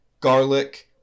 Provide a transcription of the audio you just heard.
garlic